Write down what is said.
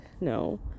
No